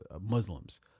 Muslims